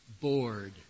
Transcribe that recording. bored